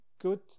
good